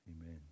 Amen